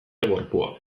gorpua